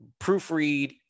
proofread